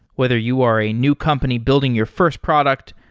whether you are a new company building your first product,